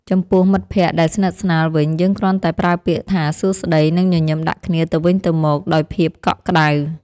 ចំពោះមិត្តភក្តិដែលស្និទ្ធស្នាលវិញ យើងគ្រាន់តែប្រើពាក្យថាសួស្ដីនិងញញឹមដាក់គ្នាទៅវិញទៅមកដោយភាពកក់ក្តៅ។